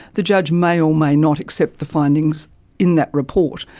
the judge may or may not accept the findings in that report.